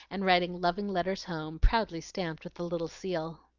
and writing loving letters home, proudly stamped with the little seal.